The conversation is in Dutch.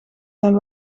zijn